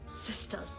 Sisters